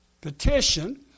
petition